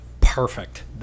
perfect